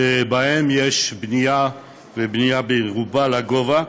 שיש בהם בנייה, ובנייה שרובה לגובה.